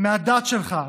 בדת שלך,